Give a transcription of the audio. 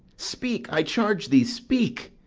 speak! i charge thee speak!